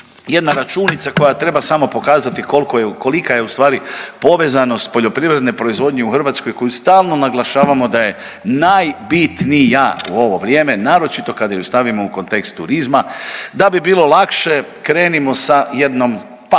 jedna računica koja treba samo pokazati kolko je, kolika je ustvari povezanost poljoprivredne proizvodnje u Hrvatskoj koju stalno naglašavamo da je najbitnija u ovo vrijeme, naročito kad je stavimo u kontekst turizma. Da bi bilo lakše krenimo sa jednom, pa ajmo